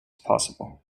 possible